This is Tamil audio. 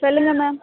சொல்லுங்கள் மேம்